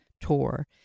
tour